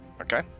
okay